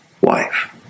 wife